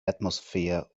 atmosphere